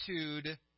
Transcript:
attitude